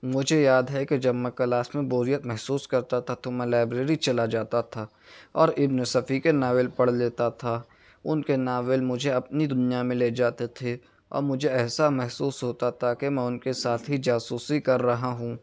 مجھے یاد ہے کہ جب میں کلاس میں بوریت محسوس کیا کرتا تھا تو میں لائبریری چلا جاتا تھا اور ابن صفی کے ناول پڑھ لیتا تھا ان کے ناول مجھے اپنی دنیا میں لے جاتے تھے اور مجھے ایسا محسوس ہوتا تھا کہ میں ان کے ساتھ ہی جاسوسی کر رہا ہوں